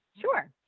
Sure